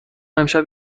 امشب